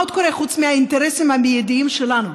מה עוד קורה חוץ מהאינטרסים המיידיים שלנו.